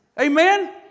Amen